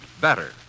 better